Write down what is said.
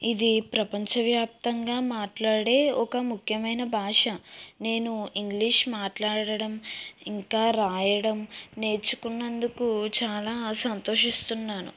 ఇది ప్రపంచ వ్యాప్తంగా మాట్లాడే ఒక ముఖ్యమైన భాష నేను ఇంగ్లీష్ మాట్లాడడం ఇంకా రాయడం నేర్చుకున్నందుకు చాలా సంతోషిస్తున్నాను